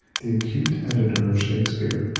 the acute editor of shakespeare,